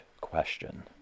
question